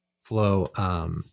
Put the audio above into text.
flow